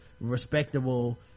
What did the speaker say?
respectable